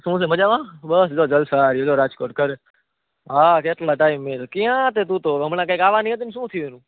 શું છે મજામાં બસ જો જલસા હાલે રાજકોટ કને હા કેટલા ટાઈમે કયા તેતૂતો હમણાં કાઈક આવાની હતીને શું થ્યું એનું